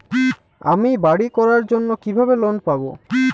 আমি বাড়ি করার জন্য কিভাবে লোন পাব?